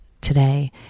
today